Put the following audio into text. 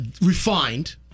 refined-